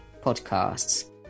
podcasts